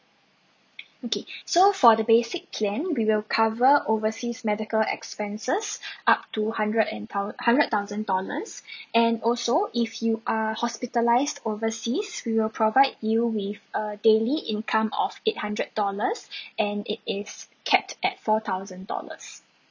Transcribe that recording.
okay so for the basic plan we will cover overseas medical expenses up to hundred and thou~ hundred thousand dollars and also if you are hospitalised overseas we will provide you with a daily income of eight hundred dollars and it is capped at four thousand dollars